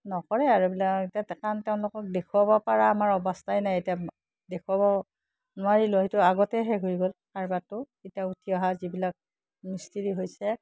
নকৰে আৰুবিলাক এতিয়া কাৰণ তেওঁলোকক দেখুৱাব পৰা আমাৰ অৱস্থাই নাই এতিয়া দেখুৱাব নোৱাৰিলোঁ সেইটো আগতে শেষ হৈ গ'ল কাৰবাৰটো এতিয়া উঠি অহা যিবিলাক মিস্ত্ৰী হৈছে